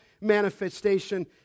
manifestation